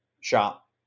shop